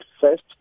first